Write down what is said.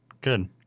Good